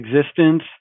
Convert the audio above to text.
existence